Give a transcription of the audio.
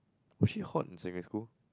was she hot in secondary school